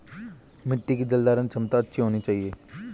मिट्टी की जलधारण क्षमता अच्छी होनी चाहिए